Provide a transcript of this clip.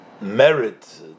merit